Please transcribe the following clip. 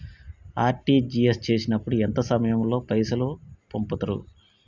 RTGS చేసినప్పుడు ఎంత సమయం లో పైసలు పంపుతరు?